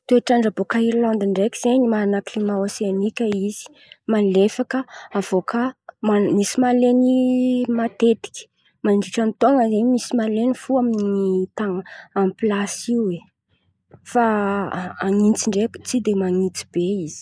Toetran-dra baka Irilandy ndreky zen̈y manana kilima ôseaniky izy malefaka. Avô kà mana misy maleny matetiky mandritra ny taon̈o zen̈y misy maleny fo amin’ny tan̈a, amin’ny pilasy io oe fa anintsy ndreky tsy manintsy be izy.